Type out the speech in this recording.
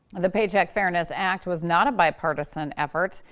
the paycheck fairness act was not a bipartisan effort.